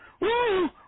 Woo